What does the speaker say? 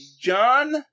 John